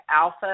alpha